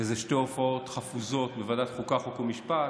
מאיזה שתי הופעות חפוזות בוועדת החוקה, חוק ומשפט.